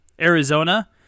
Arizona